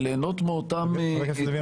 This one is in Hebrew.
וליהנות מאותם --- חבר הכנסת לוין,